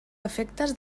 afectes